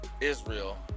israel